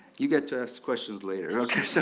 you get to questions later, okay? so